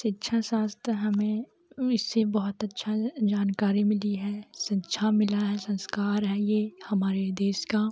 शिक्षा शास्त्र हमें इससे बहुत अच्छी जानकारी मिली है शिक्षा मिली है संस्कार है यह हमारे देश का